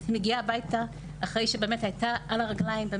היא מגיעה הביתה אחרי שבאמת הייתה על הרגליים,